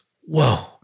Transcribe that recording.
Whoa